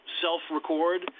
self-record